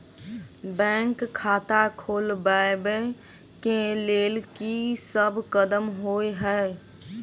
Bank खाता खोलबाबै केँ लेल की सब कदम होइ हय?